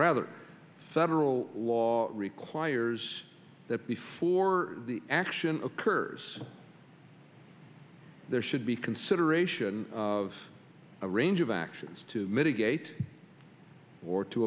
rather several law requires that before the action occurs there should be consideration of a range of actions to mitigate or to